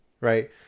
right